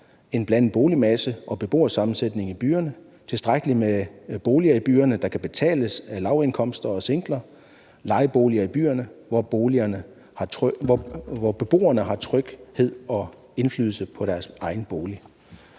en blandet boligmasse og beboersammensætning i byerne, tilstrækkeligt med boliger i byerne, der kan betales af singler og folk med lavindkomster, lejeboliger i byerne, hvor beboerne har tryghed og indflydelse på deres egen bolig.